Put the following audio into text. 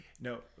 No